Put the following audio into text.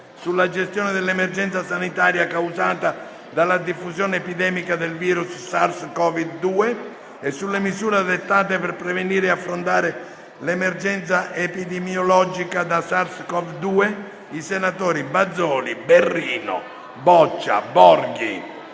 sulla gestione dell'emergenza sanitaria causata dalla diffusione epidemica del virus SARS-CoV-2 e sulle misure adottate per prevenire e affrontare l'emergenza epidemiologica da SARS-CoV-2 i senatori Bazoli, Berrino, Boccia, Borghi